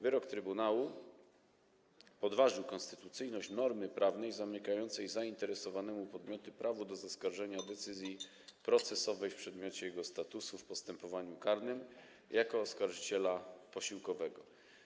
Wyrok trybunału podważył konstytucyjność normy prawnej zamykającej zainteresowanemu podmiotowi prawo do zaskarżenia decyzji procesowej w przedmiocie jego statusu w postępowaniu karnym jako oskarżyciela posiłkowego.